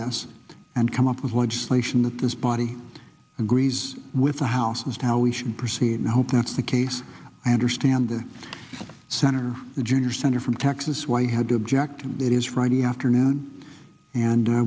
this and come up with a large lation that this body agrees with the house is how we should proceed and i hope that's the case i understand the center the junior senator from texas why had to object and that is friday afternoon and